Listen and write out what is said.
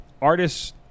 artists